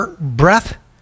breath